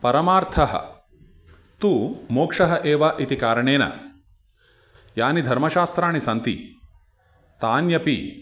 परमार्थः तु मोक्षः एव इति कारणेन यानि धर्मशास्त्राणि सन्ति तान्यपि